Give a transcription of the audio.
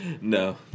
No